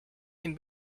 can